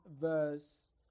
verse